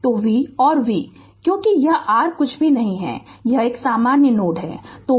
तो V और V क्योंकि यह r कुछ भी नहीं है यह एक सामान्य नोड है